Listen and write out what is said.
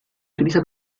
utiliza